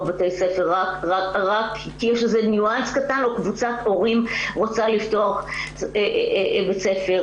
בתי ספר רק כי יש איזה ניואנס קטן או שקבוצת הורים רוצה לפתוח בית ספר.